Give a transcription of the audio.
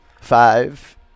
five